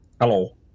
Hello